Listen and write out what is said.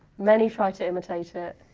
many try to imitate it.